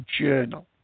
Journal